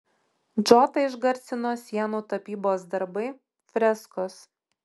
džotą išgarsino sienų tapybos darbai freskos